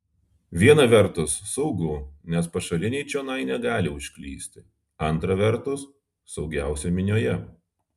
viena vertus saugu nes pašaliniai čionai negali užklysti antra vertus saugiausia minioje